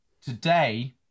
Today